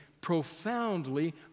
profoundly